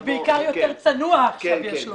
אני בעיקר יותר צנוע עכשיו, יש לומר.